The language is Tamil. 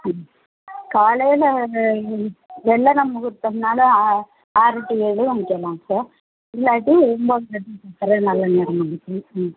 ம் காலையில் வெள்ளன முகூர்த்தம்னால் ஆ ஆறு டு ஏழு வைக்கலாம் சார் இல்லாட்டி ஒன்போதர டு பத்தரை நல்ல நேரமும் இருக்குது ம்